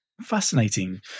Fascinating